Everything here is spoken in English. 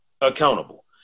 accountable